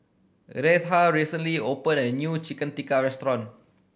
Retha recently opened a new Chicken Tikka restaurant